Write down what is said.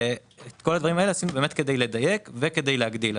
את כל הדברים האלה עשינו כדי לדייק וכדי להגדיל.